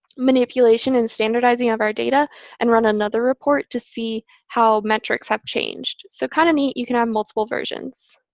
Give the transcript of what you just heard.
manipulation and standardizing of our data and run another report to see how metrics have changed so kind of neat. you can have um multiple versions.